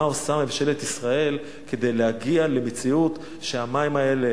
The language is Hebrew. מה עושה ממשלת ישראל כדי להגיע למציאות שהמים האלה